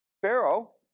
Pharaoh